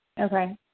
okay